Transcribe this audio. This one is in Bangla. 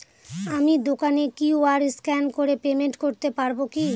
আমি দোকানে কিউ.আর স্ক্যান করে পেমেন্ট করতে পারবো কি?